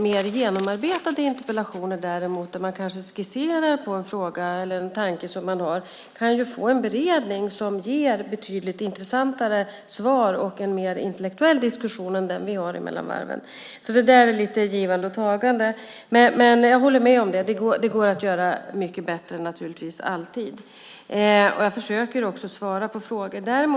Mer genomarbetade interpellationer däremot, där man kanske skisserar på en fråga eller en tanke som man har, kan ju få en beredning som ger betydligt intressantare svar och en mer intellektuell diskussion än den vi har mellan varven. Det handlar alltså om givande och tagande, men jag håller med om att det naturligtvis alltid går att göra mycket bättre, och jag försöker också svara på frågor.